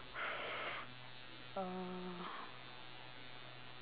uh